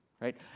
right